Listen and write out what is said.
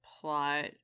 plot